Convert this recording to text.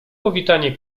powitanie